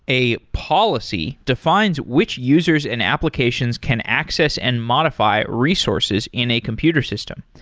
a policy defines which users and applications can access and modify resources in a computer system.